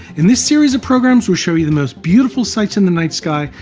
in this series of programs we'll show you the most beautiful sights in the night sky,